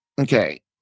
Okay